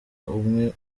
umwe